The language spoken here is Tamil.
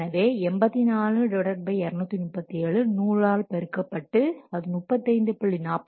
எனவே 84237 100 ஆல் பெருக்கப்பட்டு அது 35